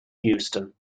houston